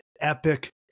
epic